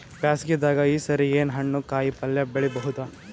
ಬ್ಯಾಸಗಿ ದಾಗ ಈ ಸರಿ ಏನ್ ಹಣ್ಣು, ಕಾಯಿ ಪಲ್ಯ ಬೆಳಿ ಬಹುದ?